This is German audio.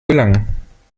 gelangen